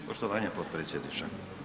Poštovanje potpredsjedniče.